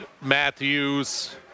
Matthews